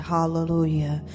Hallelujah